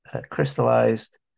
crystallized